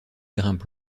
grimpe